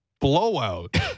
blowout